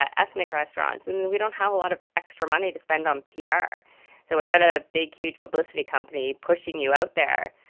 ah ethnic restaurants and and we don't have a lot of extra money to spend on pr. so without a big, huge publicity company pushing you out there,